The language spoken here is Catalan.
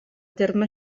terme